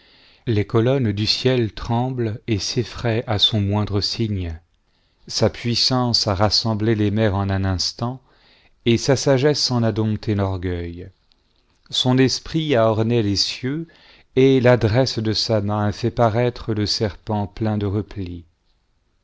les colonnes du ciel tremblent et s'eflh-ayent à son moindre signe sa puissance a rassemblé les mers en un instant et sa sagesse en a dompté l'orgueil son esprit a orné les cieux et l'adresse de sa main a fait uaraître le serpent plein de